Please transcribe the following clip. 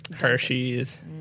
Hershey's